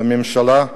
והממשלה,